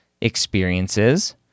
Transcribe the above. experiences